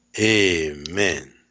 amen